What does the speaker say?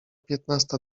piętnasta